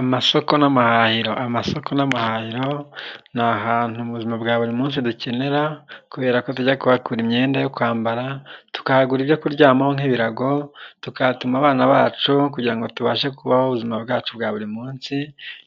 Amasoko n'amahahiro, amasaku n'amaharo, ni ahantutu mu buzima bwa buri munsi dukenera kubera ko tujya kwahagura imyenda yo kwambara, tukahagura ibyo kuryamaho nk'ibirago, tukahatuma abana bacu kugira ngo tubashe kubaho ubuzima bwacu bwa buri munsi,